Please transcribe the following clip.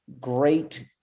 great